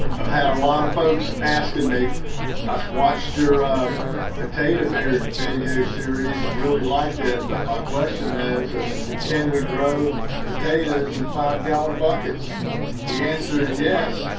i've had a lot of folks asking me i've watched your potato video series and really liked it but my question is is can we grow potatoes and five gallon buckets the answer is yes?